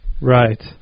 Right